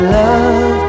love